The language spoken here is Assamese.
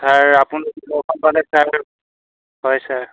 ছাৰ আপোনালোক ছাৰ হয় ছাৰ